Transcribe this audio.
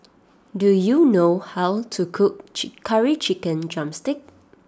do you know how to cook Curry Chicken Drumstick